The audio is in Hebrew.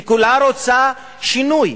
וכולה רוצה שינוי.